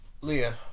Leah